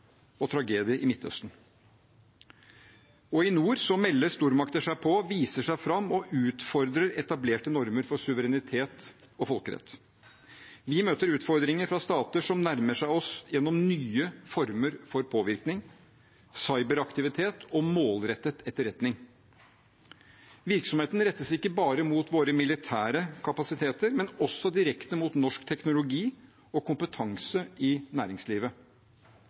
og tragedie i Midtøsten. I nord melder stormakter seg på, viser seg fram og utfordrer etablerte normer for suverenitet og folkerett. Vi møter utfordringer fra stater som nærmer seg oss gjennom nye former for påvirkning, cyberaktivitet og målrettet etterretning. Virksomheten rettes ikke bare mot våre militære kapasiteter, men også direkte mot norsk teknologi og kompetanse i næringslivet